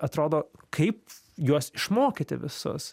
atrodo kaip juos išmokyti visus